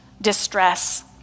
distress